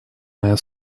моя